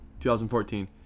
2014